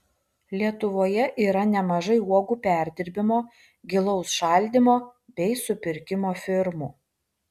lietuvoje yra nemažai uogų perdirbimo gilaus šaldymo bei supirkimo firmų